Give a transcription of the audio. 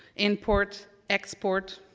import, export,